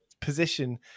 position